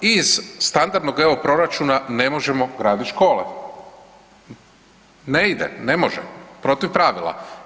Iz standardnog proračuna ne možemo graditi škole, ne ide, ne može, protiv pravila.